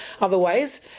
Otherwise